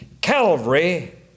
Calvary